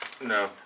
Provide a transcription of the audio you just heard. no